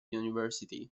university